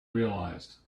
realized